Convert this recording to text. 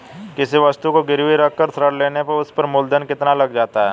किसी वस्तु को गिरवी रख कर ऋण लेने पर उस पर मूलधन कितना लग जाता है?